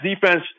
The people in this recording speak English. defense